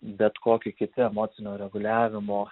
bet kokie kiti emocinio reguliavimo